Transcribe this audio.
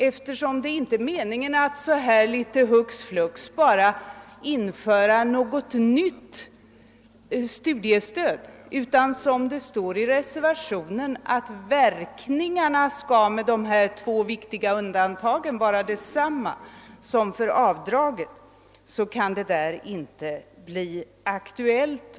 Eftersom det inte är meningen att så här hux flux införa något nytt studiestöd utan tvärtom i reservationen står att verkningarna med de här två viktiga undantagen skall vara desamma som för avdragen, så är uttalandet icke aktuellt.